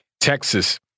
Texas